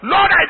Lord